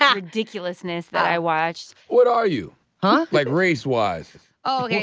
yeah ridiculousness that i watched what are you but like, race wise? oh yeah